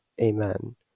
Amen